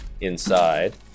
inside